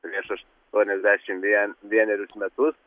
prieš aštuoniasdešimt vie vienerius metus